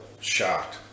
shocked